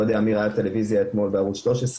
לא יודע מי ראה טלוויזיה אתמול בערוץ 13,